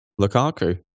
Lukaku